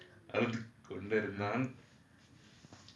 sateer